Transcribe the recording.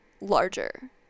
larger